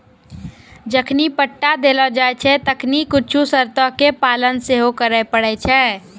जखनि पट्टा देलो जाय छै तखनि कुछु शर्तो के पालन सेहो करै पड़ै छै